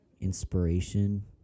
inspiration